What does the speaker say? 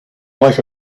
like